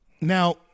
Now